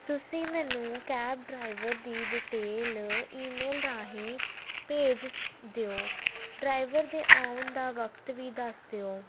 ਤੁਸੀਂ ਮੈਨੂੰ cab driver ਦੀ ਡਿਟੇਲ ਈਮੇਲ ਰਾਹੀਂ ਭੇਜ ਸ ਦਿਓ ਡਰਾਈਵਰ ਦੇ ਆਉਣ ਦਾ ਵਕਤ ਵੀ ਦੱਸ ਦਿਓ